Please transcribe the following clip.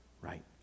right